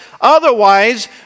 otherwise